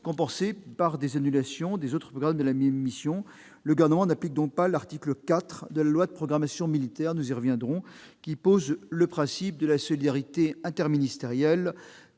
compensées par des annulations de crédits des autres programmes de la même mission. Le Gouvernement n'applique donc pas l'article 4 de la loi de programmation militaire, qui pose le principe de solidarité interministérielle